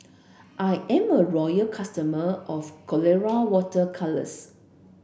I'm a loyal customer of Colora water colours